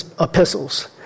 epistles